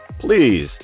please